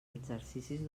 exercicis